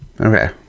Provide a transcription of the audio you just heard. Okay